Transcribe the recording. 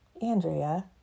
andrea